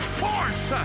force